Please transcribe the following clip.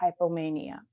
hypomania